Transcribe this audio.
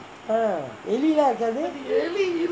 ah எலி லாம் இருக்காது:eli laam irukkathu